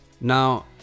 Now